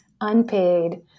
unpaid